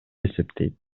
эсептейт